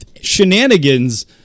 shenanigans